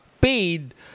paid